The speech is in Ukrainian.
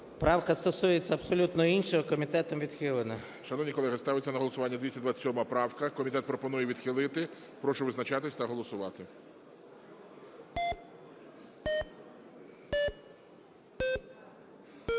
Правка стосується абсолютно іншого. Комітетом відхилена. ГОЛОВУЮЧИЙ. Шановні колеги, ставиться на голосування 227 правка. Комітет пропонує відхилити. Прошу визначатись та голосувати.